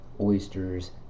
oysters